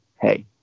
Hey